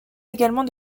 également